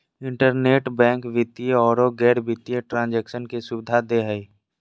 internet bank वित्तीय औरो गैर वित्तीय ट्रांन्जेक्शन के सुबिधा दे हइ